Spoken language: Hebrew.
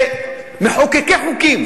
זה מחוקקי חוקים.